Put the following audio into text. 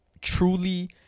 truly